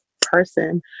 person